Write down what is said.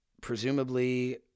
presumably